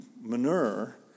manure